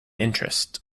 interest